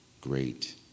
great